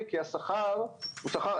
רק בחוץ.